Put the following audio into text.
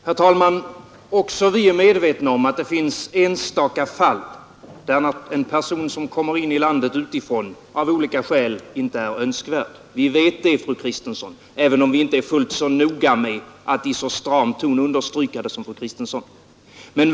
Herr talman! Också vi är medvetna om att det finns enstaka fall där en person som kommer in i landet utifrån av olika skäl inte är önskvärd. Vi vet det, fru Kristensson, även om vi inte är fullt så noga med att i så stram ton som fru Kristensson understryka detta.